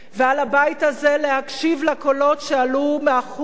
ועל הבית הזה להקשיב לקולות שעלו מהחוץ,